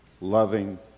loving